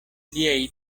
liaj